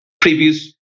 previous